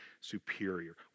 superior